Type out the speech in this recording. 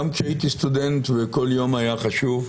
גם כשהייתי סטודנט, וכל יום היה חשוב,